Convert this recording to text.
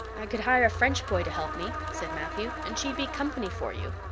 could hire a french boy to help me, said matthew, and she'd be company for you.